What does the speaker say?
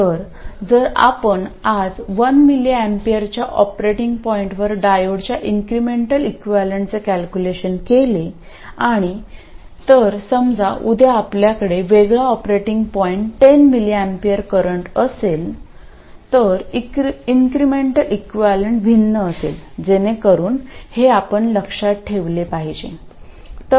तर जर आपण आज 1mA च्या ऑपरेटिंग पॉईंटवर डायोडच्या इन्क्रिमेंटल इक्विवलेंटचे कॅल्क्युलेशन केले आणि तर समजा उद्या आपल्याकडे वेगळा ऑपरेटिंग पॉईंट 10mA करंट असेल इन्क्रिमेंटल इक्विवलेंट भिन्न असेल जेणेकरून हे आपण लक्षात ठेवले पाहिजे